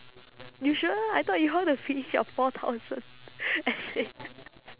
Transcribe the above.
you sure I thought you want to finish your four thousand essay